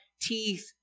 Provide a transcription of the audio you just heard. teeth